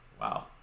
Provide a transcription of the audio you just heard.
wow